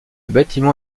bâtiment